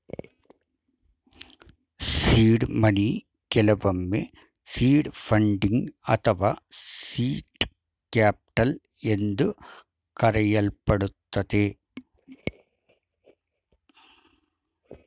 seed money ಕೆಲವೊಮ್ಮೆ seed funding ಅಥವಾ seed capital ಎಂದು ಕರೆಯಲ್ಪಡುತ್ತದೆ